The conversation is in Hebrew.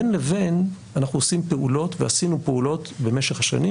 בין לבין אנחנו עושים פעולות ועשינו פעולות במשך השנים,